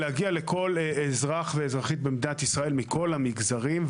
להגיע לכל אזרח ואזרחית במדינת ישראל מכל המגזרים,